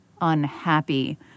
unhappy